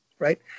right